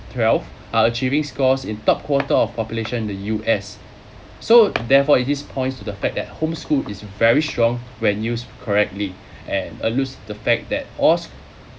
twelve are achieving scores in top quarter of population the U_S so therefore it this points to the fact that home school is very strong when used correctly and alludes the fact that all